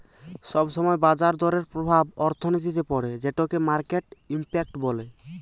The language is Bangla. সব সময় বাজার দরের প্রভাব অর্থনীতিতে পড়ে যেটোকে মার্কেট ইমপ্যাক্ট বলে